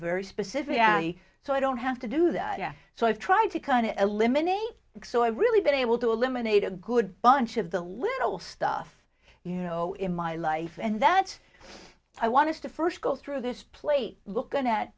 very specific so i don't have to do that yeah so i've tried to kind of eliminate it so i've really been able to eliminate a good bunch of the little stuff you know in my life and that i want to first go through this plate looking at